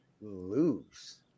lose